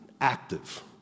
active